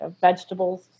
vegetables